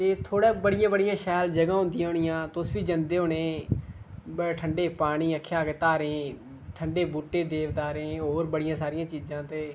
ते थोह्ड़े बड़ियां बड़ियां शैल जगहां होंदियां होनियां ते तुस उत्थें जंदे होने ठंडा पानी आखेआ धारें ठंडे बूह्टे देवदारें दे होर बड़ियां सारियां चीज़ां उत्थें